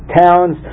towns